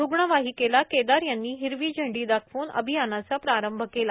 रुग्ण वाहीकेला केदार यांनी हीरवी झेंडी दाखवून अभियाना प्रारंभ केला